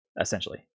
essentially